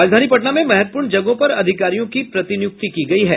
राजधानी पटना में महत्वपूर्ण जगहों पर अधिकारियों की प्रतिनियुक्ति की गयी है